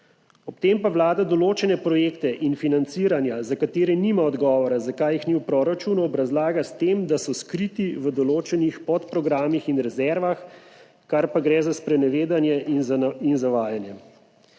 Ob tem pa Vlada določene projekte in financiranja, za katere nima odgovora, zakaj jih ni v proračunu, obrazlaga s tem, da so skriti v določenih podprogramih in rezervah, kar pa gre za sprenevedanje in zavajanje.